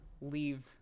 leave